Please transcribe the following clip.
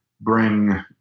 bring